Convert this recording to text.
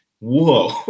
whoa